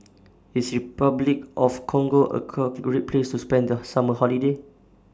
IS Repuclic of Congo A Car Great Place to spend The Summer Holiday